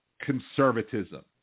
conservatism